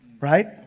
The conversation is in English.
right